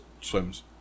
swims